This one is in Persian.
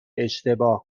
اشتباه